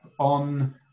on